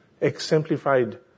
exemplified